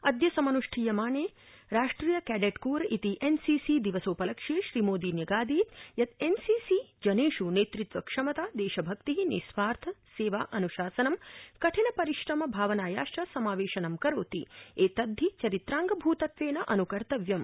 अद्य समन्ष्ठीयमाने राष्ट्रिय कैडेट कोर इति एन् सी सी दिवसोपलक्ष्ये श्रीमोदी न्यगादीद एन् सी सी जनेष् नेतृत्वक्षमता देशभक्ति निस्वार्थ सेवा अन्शासनं कठिन परिश्रम भावनायाश्च समावेशनं करोति एतद्धि चरित्रांगभूतत्वेन अन्कर्तव्यम्